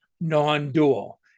non-dual